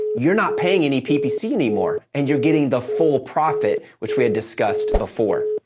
you're not paying any ppc anymore, and you're getting the full profit which we had discussed before.